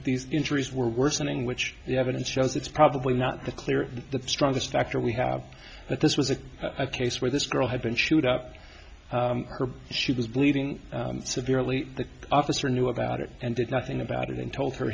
these injuries were worsening which the evidence shows it's probably not the clear the strongest factor we have that this was a case where this girl had been chewed up her she was bleeding severely the officer knew about it and did nothing about it and told her